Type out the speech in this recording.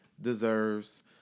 deserves